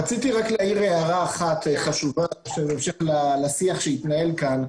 רציתי רק להעיר הערה אחת חשובה בהמשך לשיח שהתנהל כאן.